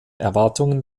erwartungen